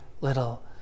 little